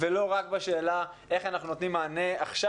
ולא רק לשאלה איך אנחנו נותנים מענה עכשיו,